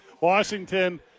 Washington